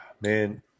man